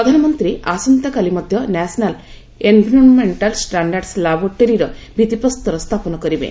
ପ୍ରଧାନମନ୍ତ୍ରୀ ଆସନ୍ତାକାଲି ମଧ୍ୟ ନ୍ୟାସନାଲ୍ ଏନ୍ଭିରୋନ୍ମେଣ୍ଟାଲ୍ ଷ୍ଟାଣ୍ଡାର୍ସ ଲାବୋରେଟୋରୀର ଭିଭି ପ୍ରସ୍ତର ସ୍ଥାପନ କରିବେ